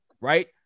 right